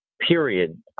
period